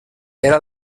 era